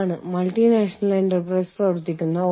HRM നും multinational എന്റർപ്രൈസസ്നുമുള്ള വെല്ലുവിളികൾ